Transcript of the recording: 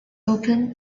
open